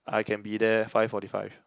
I can be there five forty five